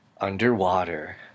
Underwater